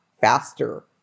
faster